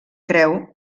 creu